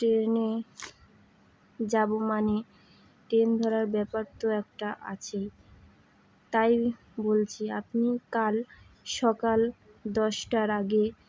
ট্রেনে যাবো মানে ট্রেন ধরার ব্যাপার তো একটা আছেই তাই বলছি আপনি কাল সকাল দশটার আগে